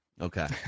Okay